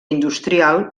industrial